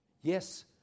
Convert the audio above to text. Yes